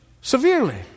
severely